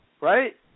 right